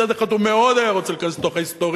מצד אחד הוא מאוד היה רוצה להיכנס לתוך ההיסטוריה